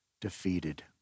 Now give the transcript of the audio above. defeated